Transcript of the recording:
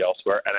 elsewhere